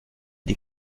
die